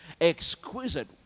exquisite